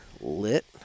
lit